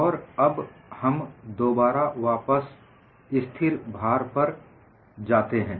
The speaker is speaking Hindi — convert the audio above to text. और अब हम दोबारा वापस स्थिर भार पर जाते हैं